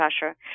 pressure